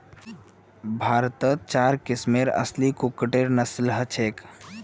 भारतत सिर्फ चार किस्मेर असली कुक्कटेर नस्ल हछेक